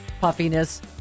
Puffiness